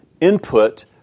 input